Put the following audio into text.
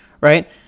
right